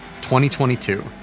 2022